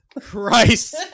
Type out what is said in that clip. Christ